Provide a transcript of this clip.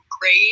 great